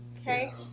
Okay